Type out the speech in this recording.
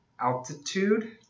altitude